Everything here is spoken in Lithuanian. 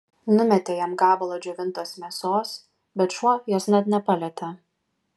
numetė jam gabalą džiovintos mėsos bet šuo jos net nepalietė